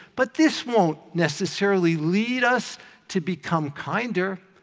but this won't necessarily lead us to become kinder.